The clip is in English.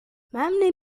many